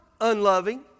unloving